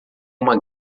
uma